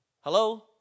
Hello